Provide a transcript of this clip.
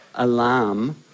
Alarm